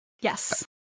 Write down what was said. Yes